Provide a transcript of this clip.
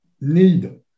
need